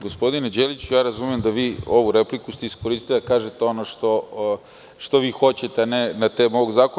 Gospodine Đeliću, razumem da vi ovu repliku ste iskoristili da kažete ono što vi hoćete, a ne na temu ovog zakona.